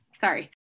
Sorry